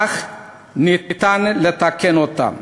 אך ניתן לתקן אותם.